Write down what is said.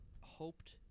hoped